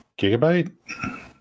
Gigabyte